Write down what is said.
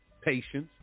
patience